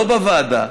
לא בוועדה,